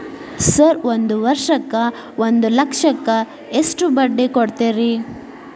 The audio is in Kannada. ಸರ್ ಒಂದು ವರ್ಷಕ್ಕ ಒಂದು ಲಕ್ಷಕ್ಕ ಎಷ್ಟು ಬಡ್ಡಿ ಕೊಡ್ತೇರಿ?